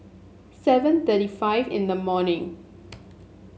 seven thirty five in the morning